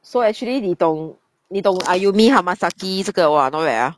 so actually 你懂你懂 ayumi hamasaki 这个 !wah! not bad ah